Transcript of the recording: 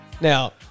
Now